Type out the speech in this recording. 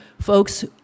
folks